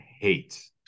hate